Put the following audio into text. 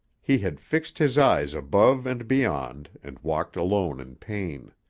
he had fixed his eyes above and beyond and walked alone in pain.